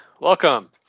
Welcome